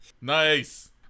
Nice